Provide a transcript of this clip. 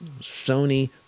Sony